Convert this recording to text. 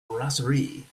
brasserie